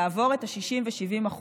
לעבור את ה-60% וה-70%.